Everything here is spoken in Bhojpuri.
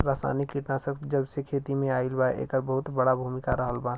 रासायनिक कीटनाशक जबसे खेती में आईल बा येकर बहुत बड़ा भूमिका रहलबा